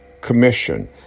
commission